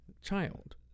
child